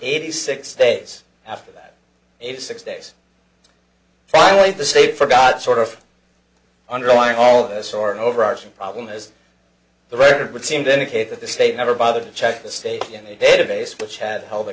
eighty six days after that if six days finally the state forgot sort of underlying all of this or an overarching problem as the record would seem to indicate that the state never bothered to check the state in a database which had held a